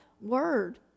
word